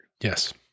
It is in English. Yes